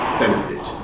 benefit